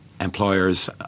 employers